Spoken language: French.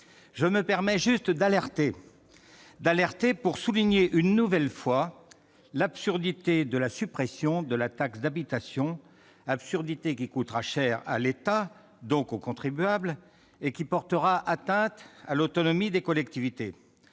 Je me permets juste d'alerter une nouvelle fois sur l'absurdité de la suppression de la taxe d'habitation, une absurdité qui coûtera cher à l'État, donc aux contribuables, et qui portera atteinte à l'autonomie des collectivités